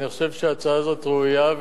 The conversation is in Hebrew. אני חושב שההצעה הזאת ראויה,